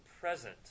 present